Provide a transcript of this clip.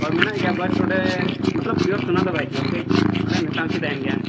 ᱦᱳᱭ ᱢᱮᱱᱟᱜ ᱜᱮᱭᱟ ᱵᱟᱴ ᱚᱸᱰᱮ ᱢᱚᱛᱞᱚᱵ ᱯᱤᱭᱳᱨ ᱥᱚᱱᱟ ᱫᱚ ᱵᱟᱭ ᱦᱤᱡᱩᱜᱼᱟ ᱠᱟᱹᱡ ᱚᱸᱰᱮ ᱢᱮᱥᱟ ᱢᱮᱥᱤ ᱛᱟᱦᱮᱱ ᱜᱮᱭᱟ